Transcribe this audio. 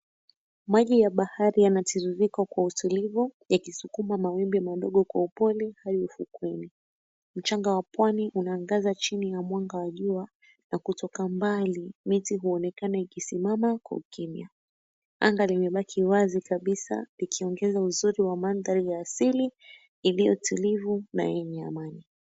Maji ya bahari yanatiririka kwa utulivu yakisukuma mawimbi madogo kwa upole pale ufukweni. Mchanga wa pwani unaangaza chini ya mwanga wa jua na kutoka mbali miti huonekana ikisimama kwa ukimya. Anga limebaki wazi kabisa likiongeza uzuri wa mandhari ya asili ilio tulivu na yenye amani.